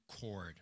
cord